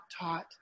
taught